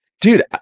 dude